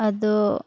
ᱟᱫᱚ